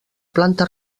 planta